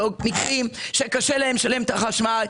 ומקרים של אנשים שקשה להם לשלם את חשבון החשמל.